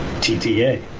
T-T-A